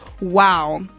Wow